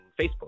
Facebook